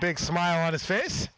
big smile on his face